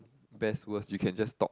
best worst you can just talk